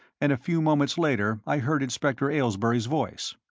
and a few moments later i heard inspector aylesbury's voice.